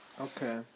Okay